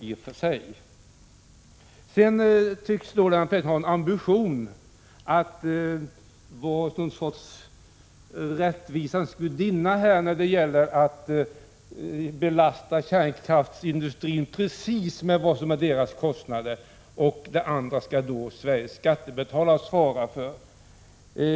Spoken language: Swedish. Lennart Pettersson tycks ha en ambition att vara någon sorts rättvisans gudinna när det gäller att belasta kärnkraftsindustrin med precis vad som är dess kostnader. De övriga kostnaderna skall Sveriges skattebetalare svara för.